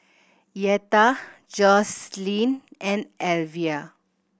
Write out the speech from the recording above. Yetta Jocelyn and Alivia